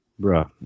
bruh